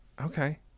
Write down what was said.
okay